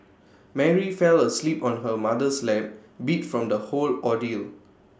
Mary fell asleep on her mother's lap beat from the whole ordeal